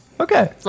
Okay